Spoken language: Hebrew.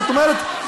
זאת אומרת,